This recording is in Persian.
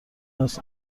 است